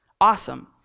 Awesome